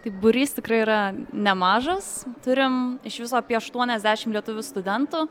tai būrys tikrai yra nemažas turim iš viso apie aštuoniasdešim lietuvių studentų